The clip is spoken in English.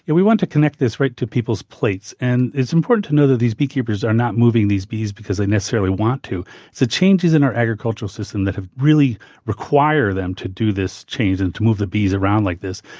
and we wanted to connect this right to people's plates. and it's important to know that these beekeepers are not moving these bees because they necessarily want to. it's the changes in our agricultural system that really require them to do this change and to move the bees around like this.